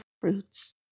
fruits